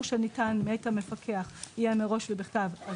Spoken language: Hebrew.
שניתן מאת המפקח יהיה מראש ובכתב.